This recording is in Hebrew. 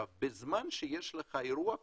בזמן שיש אירוע כזה,